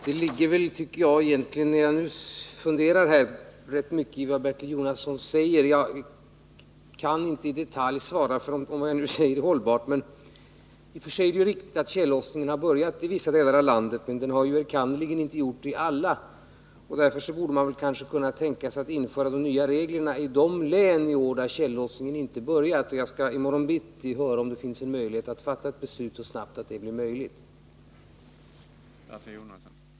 Herr talman! När jag nu funderar litet på saken måste jag säga att det ligger rätt mycket i vad Bertil Jonasson säger. Jag kan inte svara för att vad jag nu säger är hållbart i detalj. I och för sig är det riktigt att tjällossningen har börjat i vissa delar av landet, men givetvis inte i alla. Därför borde man kunna tänka sig att i år införa de nya reglerna i de län där tjällossningen inte börjat. Jag skall i morgon bittida höra efter om det finns en möjlighet att fatta ett beslut så snabbt att man kan göra på detta sätt.